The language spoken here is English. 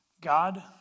God